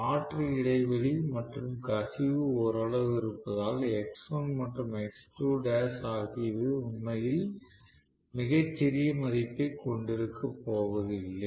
காற்று இடைவெளி மற்றும் கசிவு ஓரளவு இருப்பதால் X1 மற்றும் X2l ஆகியவை உண்மையில் மிகச் சிறிய மதிப்பைக் கொண்டிருக்கப்போவதில்லை